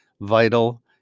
vital